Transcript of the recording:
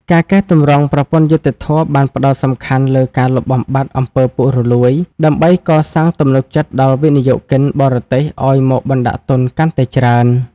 ការកែទម្រង់ប្រព័ន្ធយុត្តិធម៌បានផ្ដោតសំខាន់លើការលុបបំបាត់អំពើពុករលួយ ដើម្បីកសាងទំនុកចិត្តដល់វិនិយោគិនបរទេសឱ្យមកបណ្ដាក់ទុនកាន់តែច្រើន។